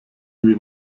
wie